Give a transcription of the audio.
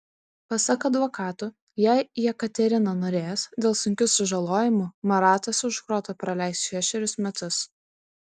pasak advokatų jei jekaterina norės dėl sunkių sužalojimų maratas už grotų praleis šešerius metus